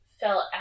Felt